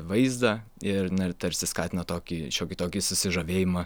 vaizdą ir na ir tarsi skatina tokį šiokį tokį susižavėjimą